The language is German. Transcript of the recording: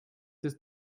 das